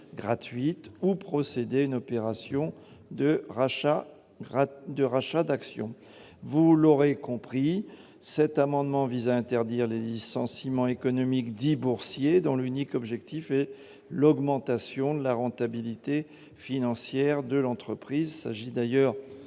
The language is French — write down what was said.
gratuites ou procédé à une opération de rachat d'actions. » Vous l'aurez compris, mes chers collègues, cet amendement vise à interdire les licenciements économiques dits « boursiers », dont l'unique objectif est l'augmentation de la rentabilité financière de l'entreprise. Cet amendement